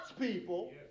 people